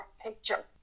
picture